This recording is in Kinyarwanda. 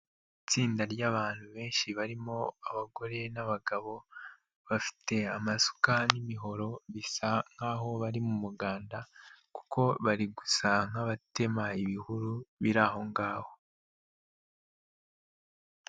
Itsinda ryabantu benshi barimo abagore n'abagabo, bafite amasuka n'imihoro, bisa nkaho bari mu muganda kuko bari gusa nk'abatema ibihuru biri aho ngaho.